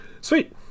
Sweet